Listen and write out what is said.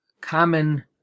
common